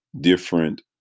different